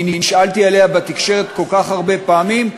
נשאלתי עליה בתקשורת כל כך הרבה פעמים,